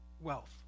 wealth